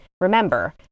Remember